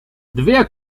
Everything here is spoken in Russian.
две